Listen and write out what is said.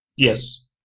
Yes